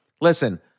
listen